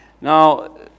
Now